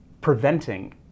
preventing